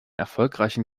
erfolgreichen